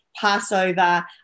Passover